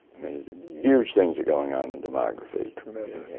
huge things are going on in demography. tremendous.